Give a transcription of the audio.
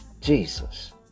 Jesus